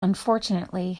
unfortunately